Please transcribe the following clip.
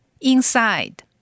Inside